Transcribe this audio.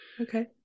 okay